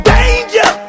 Danger